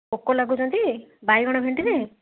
ପୋକ ଲାଗୁଛନ୍ତି ବାଇଗଣ ଭେଣ୍ଡିରେ